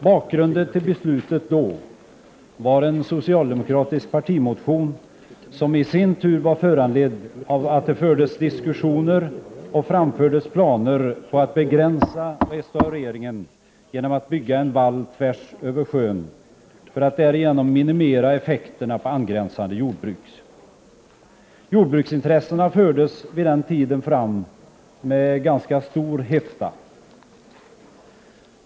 Bakgrunden till beslutet då var en socialdemokratisk partimotion, som i sin tur föranleddes av att det fördes diskussioner om och framlades planer på att begränsa restaureringen genom att bygga en vall tvärsöver sjön. Därigenom skulle effekterna på angränsande jordbruk minimeras. Jordbruksintressena försvarades vid denna tidpunkt med ganska stor hetta.